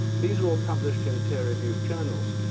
these are all published in peer-reviewed journals.